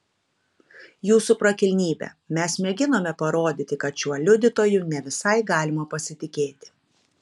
jūsų prakilnybe mes mėginame parodyti kad šiuo liudytoju ne visai galima pasitikėti